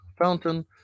fountain